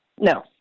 No